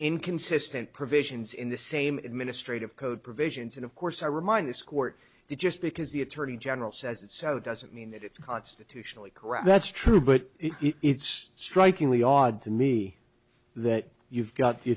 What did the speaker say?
inconsistent provisions in the same administrative code provisions and of course i remind this court the just because the attorney general says it so doesn't mean that it's constitutionally correct that's true but it's strikingly odd to me that you've got the